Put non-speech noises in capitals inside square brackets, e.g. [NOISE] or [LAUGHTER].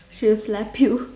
she'll slap you [LAUGHS]